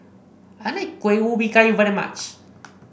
I like Kueh Ubi Kayu very much